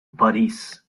paris